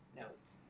notes